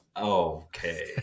okay